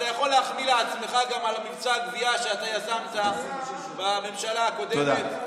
אתה יכול להחמיא לעצמך גם על מבצע הגבייה שאתה יזמת בממשלה הקודמת.